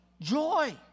joy